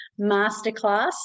masterclass